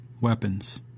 weapons